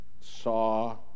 saw